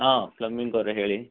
ಹಾಂ ಪ್ಲಮ್ಮಿಂಗವರೇ ಹೇಳಿ